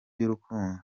y’urukundo